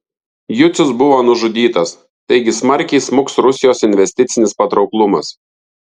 jucius buvo nužudytas taigi smarkiai smuks rusijos investicinis patrauklumas